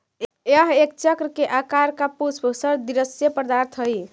यह एक चक्र के आकार का पुष्प सदृश्य पदार्थ हई